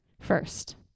first